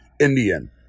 Indian